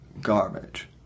garbage